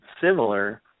similar